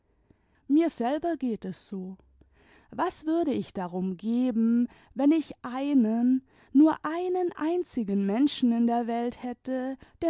mir selber geht es so was würde ich darum geben wenn ich einen nur einen einzigen menschen in der welt hätte